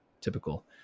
typical